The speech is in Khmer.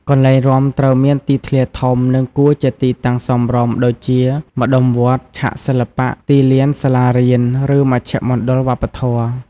កន្លែងរាំត្រូវមានទីធ្លាធំ និងគួរជាទីតាំងសមរម្យ ដូចជា ម្តុំវត្ត ឆាកសិល្បៈ ទីលានសាលារៀន ឬមជ្ឈមណ្ឌលវប្បធម៌។